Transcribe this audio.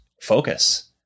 focus